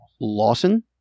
Lawson